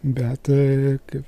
bet tai kaip